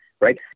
right